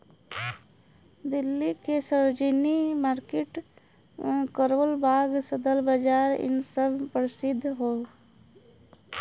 दिल्ली के सरोजिनी मार्किट करोल बाग सदर बाजार इ सब परसिध हौ